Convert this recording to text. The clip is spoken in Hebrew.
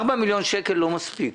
4 מיליון שקל זה לא מספיק.